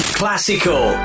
classical